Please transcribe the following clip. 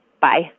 Bye